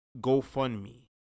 GoFundMe